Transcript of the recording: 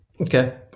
Okay